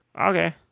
okay